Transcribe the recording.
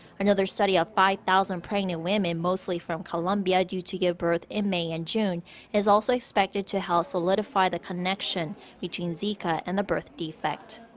another study of five thousand pregnant women, mostly from colombia, due to give birth in may and june is also expected to help solidify the connection between zika and the birth defect.